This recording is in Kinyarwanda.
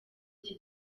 iki